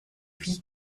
wie